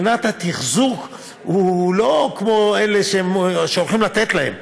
מבחינת התחזוקה הוא לא כמו זה שהולכים לתת להם.